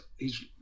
hes